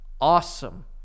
awesome